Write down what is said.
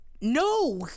No